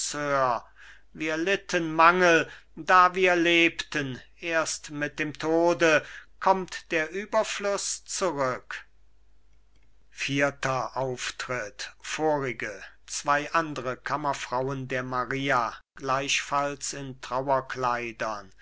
wir litten mangel da wir lebten erst mit dem tode kommt der überfluß zurück vorige zwei andre kammerfrauen der maria gleichfalls in